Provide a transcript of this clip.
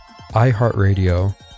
iHeartRadio